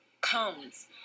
comes